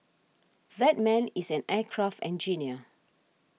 that man is an aircraft engineer